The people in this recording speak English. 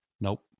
nope